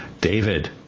David